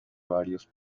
varios